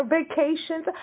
vacations